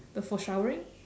the for showering